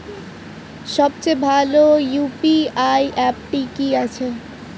সবচেয়ে ভালো ইউ.পি.আই অ্যাপটি কি আছে?